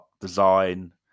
design